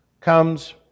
comes